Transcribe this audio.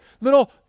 little